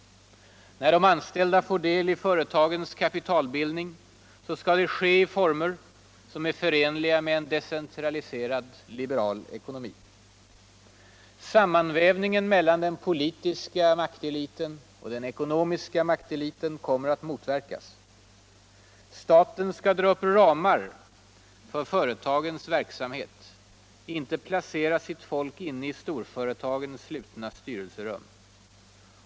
När de anställda får del i företagens kapitalbildning skall det ske i former som är förenliga med en decentraliserad, liberal ekonomi. Sammanvävningen av den politiska makteliten och den ekonomiska makteliten kommer att motverkas. Staten skall dra upp ramar för företagens verksamhet, inte placera sitt folk inne i storföretagens slutna styrelserunr.